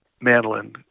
mandolin